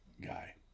guy